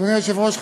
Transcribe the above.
אדוני היושב-ראש,